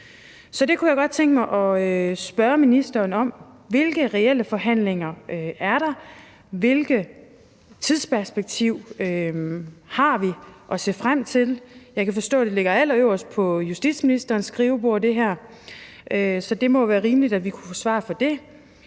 Så det kunne jeg godt tænke mig at spørge ministeren om: Hvilke reelle forhandlinger er der? Hvilket tidsperspektiv har vi at se frem til? Jeg kan forstå, at det her ligger allerøverst på justitsministerens skrivebord, så det må være rimeligt, at vi kunne få svar på det.